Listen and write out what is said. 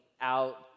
out